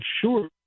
sure